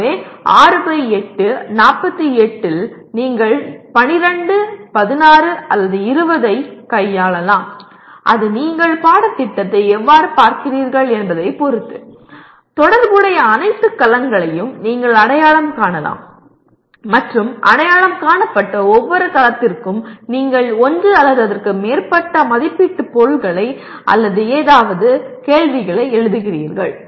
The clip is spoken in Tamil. ஆகவே 6 பை 8 48 இல் நீங்கள் 12 16 அல்லது 20 ஐக் கையாளலாம் அது நீங்கள் பாடத்திட்டத்தை எவ்வாறு பார்க்கிறீர்கள் என்பதைப் பொறுத்து தொடர்புடைய அனைத்து கலங்களையும் நீங்கள் அடையாளம் காணலாம் மற்றும் அடையாளம் காணப்பட்ட ஒவ்வொரு கலத்திற்கும் நீங்கள் ஒன்று அல்லது அதற்கு மேற்பட்ட மதிப்பீட்டு பொருட்களை அல்லது ஏதாவது கேள்விகளை எழுதுகிறீர்கள்